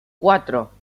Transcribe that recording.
cuatro